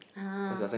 !huh!